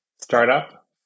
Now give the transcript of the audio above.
startup